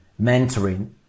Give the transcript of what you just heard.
mentoring